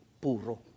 puro